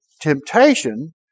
temptation